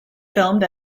filmed